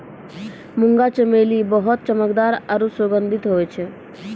मुंगा चमेली बहुत चमकदार आरु सुगंधित हुवै छै